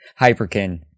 Hyperkin